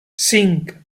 cinc